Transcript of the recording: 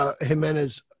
Jimenez